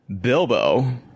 Bilbo